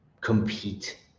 compete